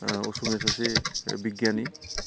ओह अस'मिया सासे बिगियानि